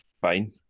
Fine